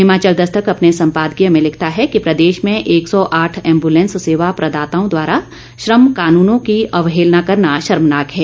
हिमाचल दस्तक अपने संपादकीय में लिखता है कि प्रदेश में एक सौ आठ एंबुलेंस सेवा प्रदाताओं द्वारा श्रम कानूनों की अवहेलना करना शर्मनाक है